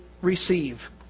receive